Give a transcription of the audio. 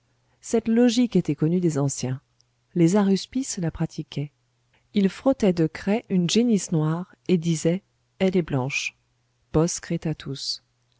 cette logique était connue des anciens les aruspices la pratiquaient ils frottaient de craie une génisse noire et disaient elle est blanche bos cretatus